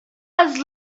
has